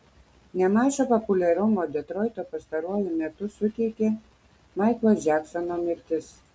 nemažo populiarumo detroitui pastaruoju metu suteikė maiklo džeksono mirtis